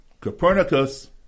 Copernicus